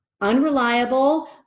unreliable